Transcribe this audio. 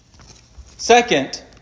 Second